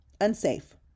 Unsafe